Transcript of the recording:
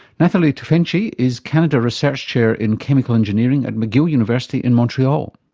nathalie tufenkji is canada research chair in chemical engineering at mcgill university in montreal.